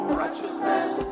righteousness